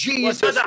Jesus